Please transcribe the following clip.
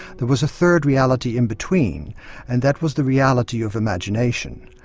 there was a third reality in between and that was the reality of imagination.